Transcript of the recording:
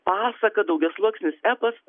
pasaka daugiasluoksnis epas